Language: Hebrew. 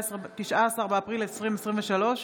19 באפריל 2023,